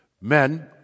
Men